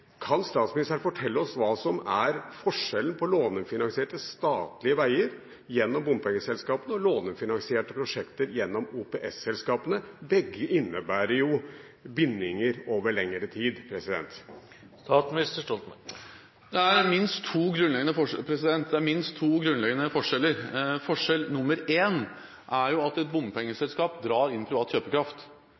Kan statsministeren fortelle oss hva som er forskjellen på lånefinansierte statlige veier gjennom bompengeselskapene og lånefinansierte prosjekter gjennom OPS-selskapene – begge innebærer jo bindinger over lengre tid? Det er minst to grunnleggende forskjeller. Forskjell nr. 1 er at et bompengeselskap drar inn privat kjøpekraft.